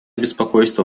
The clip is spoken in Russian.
беспокойство